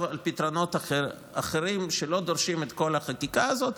על פתרונות אחרים שלא דורשים את כל החקיקה הזאת,